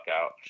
out